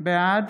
בעד